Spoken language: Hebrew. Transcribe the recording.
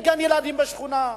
אין גן-ילדים בשכונה,